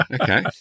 Okay